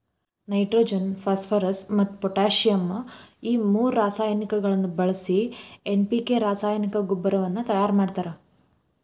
nitrogen phosphorus ಮತ್ತ್ potassium ಈ ಮೂರು ರಾಸಾಯನಿಕಗಳನ್ನ ಬಳಿಸಿ ಎನ್.ಪಿ.ಕೆ ರಾಸಾಯನಿಕ ಗೊಬ್ಬರವನ್ನ ತಯಾರ್ ಮಾಡ್ತಾರ